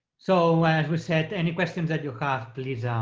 so, as we said, any questions that you have please ah